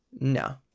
No